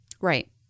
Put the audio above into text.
Right